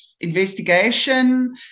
investigation